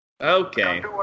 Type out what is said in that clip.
Okay